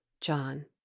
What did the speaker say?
john